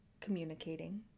communicating